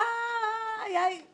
היה יותר